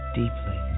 deeply